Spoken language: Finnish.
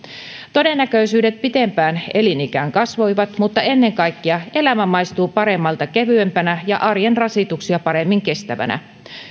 todennäköisyydet pitempään elinikään kasvoivat mutta ennen kaikkea elämä maistuu paremmalta kevyempänä ja arjen rasituksia paremmin kestävänä